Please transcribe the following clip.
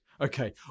Okay